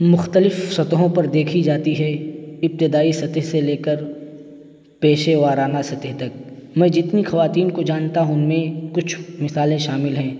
مختلف سطحوں پر دیکھی جاتی ہے ابتدائی سطح سے لے کر پیشے ورانہ سطح تک میں جتنی خواتین کو جانتا ہوں ان میں کچھ مثالیں شامل ہیں